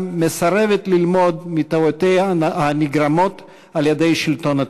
מסרבת ללמוד מטעויותיה הנגרמות על-ידי שלטון הטרור.